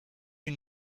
you